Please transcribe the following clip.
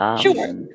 Sure